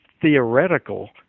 theoretical